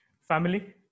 family